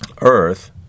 earth